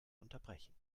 unterbrechen